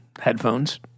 headphones